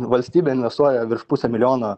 valstybė investuoja virš pusę milijono